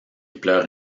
pleure